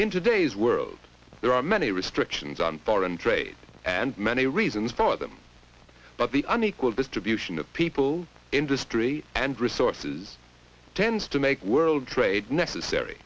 in today's world there are many restrictions on foreign trade and many reasons for them but the unequal distribution of people industry and resources tends to make world trade necessary